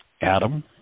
Adam